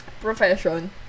profession